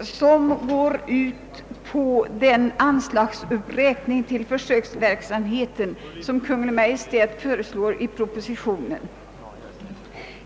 som tillstyrker den anslagsuppräkning till försöksverksamhet vid lantbrukshögskolan som Kungl. Maj:t föreslagit i propositionen.